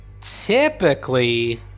typically